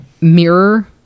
mirror